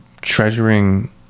treasuring